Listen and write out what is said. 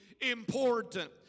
important